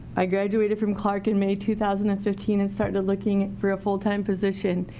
i graduated from clarke in may two thousand and fifteen and started looking for a full-time position.